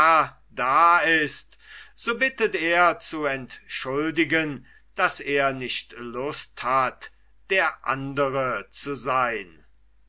da ist so bittet er zu entschuldigen daß er nicht lust hat der andre zu seyn